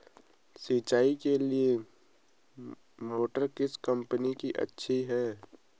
सिंचाई के लिए मोटर किस कंपनी की अच्छी है?